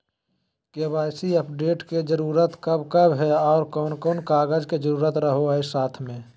KYC update के जरूरत कब कब है और कौन कौन कागज के जरूरत रहो है साथ में?